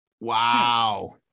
Wow